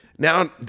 Now